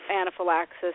anaphylaxis